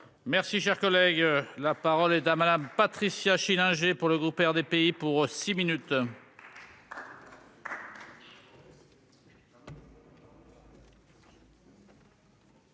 Merci, cher collègue, la parole est à madame Patricia Schillinger pour le groupe RDPI pour six minutes.